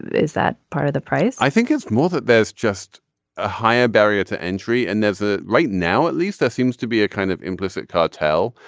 is that part of the price i think it's more that there's just a higher higher barrier to entry and there's a right now at least that seems to be a kind of implicit cartel.